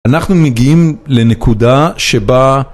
אנחנו מגיעים לנקודה שבה...